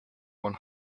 one